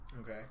Okay